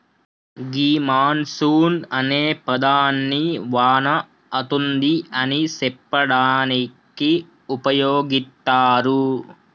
గీ monsoon అనే పదాన్ని వాన అతుంది అని సెప్పడానికి ఉపయోగిత్తారు